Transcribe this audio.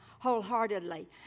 wholeheartedly